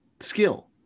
skill